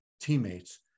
teammates